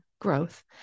growth